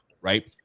right